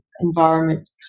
environment